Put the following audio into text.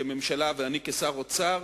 כממשלה ואני כשר האוצר,